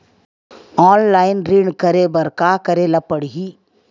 Online ऋण करे बर का करे ल पड़हि?